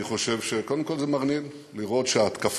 אני חושב, קודם כול, זה מרנין לראות שההתקפות